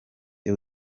the